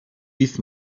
بیف